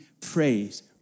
praise